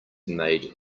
made